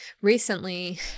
recently